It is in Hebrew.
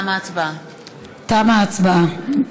תמה ההצבעה.